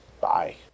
Bye